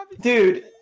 dude